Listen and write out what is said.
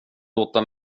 låta